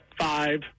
five